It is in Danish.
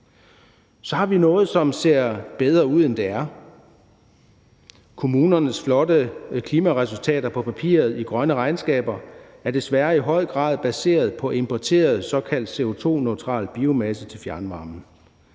Så har vi noget, som ser bedre ud, end det er. Kommunernes flotte klimaresultater på papiret i grønne regnskaber er desværre i høj grad baseret på importeret såkaldt CO2-neutral biomasse til fjernvarme.